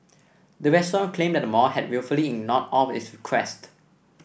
the restaurant claimed that the mall had wilfully ignored all of its request